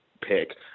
pick